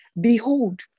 behold